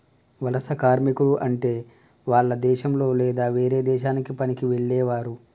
వలస కార్మికుడు అంటే వాల్ల దేశంలొ లేదా వేరే దేశానికి పనికి వెళ్లేవారు